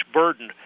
burden